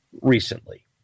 recently